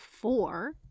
four